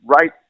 right